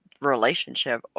relationship